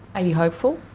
are you hopeful?